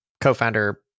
co-founder